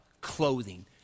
clothing